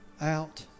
out